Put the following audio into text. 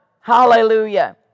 Hallelujah